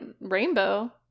rainbow